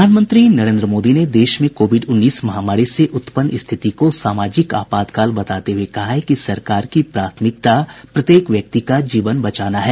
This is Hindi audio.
प्रधानमंत्री नरेन्द्र मोदी ने देश में कोविड उन्नीस महामारी से उत्पन्न स्थिति को सामाजिक आपातकाल बताते हुए कहा है कि सरकार की प्रथामिकता प्रत्येक व्यक्ति का जीवन बचाना है